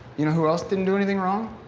you know who else didn't do anything wrong?